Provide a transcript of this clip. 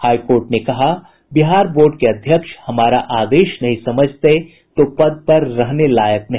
high court ने कहा Bihar board के अध्यक्ष हमारा आदेश नहीं समझते तो पद पर रहने लायक नहीं